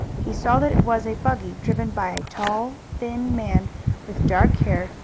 he saw that it was a buggy driven by a tall, thin man with dark hair,